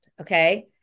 Okay